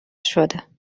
شده